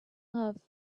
love